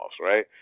right